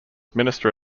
minister